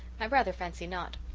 i rather fancy not.